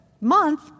month